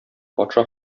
патша